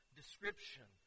description